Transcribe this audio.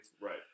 Right